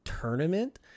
tournament